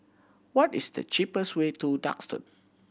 what is the cheapest way to Duxton